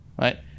right